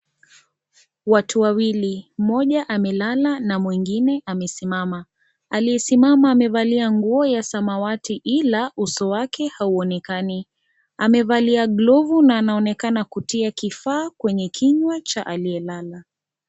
Watu wawili, mmoja amelala na mwingine amesimama, aliyesimama amevalia nguo ya samawati ila uso wake hauonekani amevalia glovu na anaonekana kutia kifaa kwenye kinywa cha aliyelala.